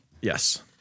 Yes